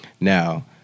Now